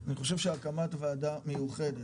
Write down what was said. אני חושב שהקמת ועדה מיוחדת,